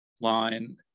line